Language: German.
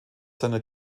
seiner